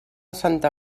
santa